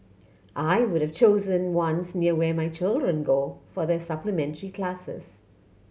I would have chosen ones near where my children go for their supplementary classes